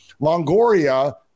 Longoria